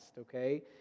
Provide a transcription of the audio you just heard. okay